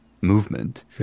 movement